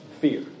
Fear